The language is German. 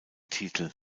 titel